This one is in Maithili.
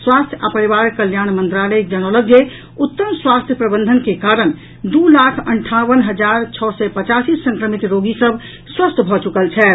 स्वास्थ्य आ परिवार कल्याण मंत्रालय जनौलक जे उत्तम स्वास्थ्य प्रबंधन के कारण दू लाख अंठावन हजार छओ सय पचासी संक्रमित रोगी सभ स्वस्थ भऽ चुकल छथि